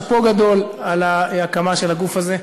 שאפו גדול על ההקמה של הגוף הזה.